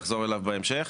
נחזור אליו בהמשך.